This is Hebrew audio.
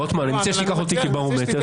רוטמן, אני מציע שתיקח אותי כברומטר.